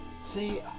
See